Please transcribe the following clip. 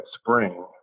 spring